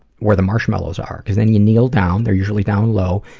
where the marshmallows are, cause then you kneel down, they're usually down low,